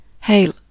Hail